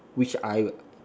which I'll